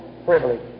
Privilege